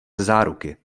záruky